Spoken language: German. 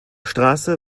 straße